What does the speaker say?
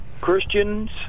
Christians